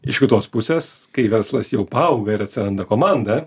iš kitos pusės kai verslas jau paauga ir atsiranda komanda